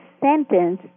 sentence